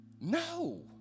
No